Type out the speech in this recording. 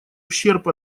ущерб